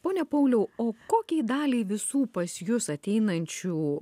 pone pauliau o kokiai daliai visų pas jus ateinančių